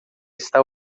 está